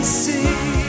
see